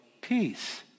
peace